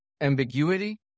ambiguity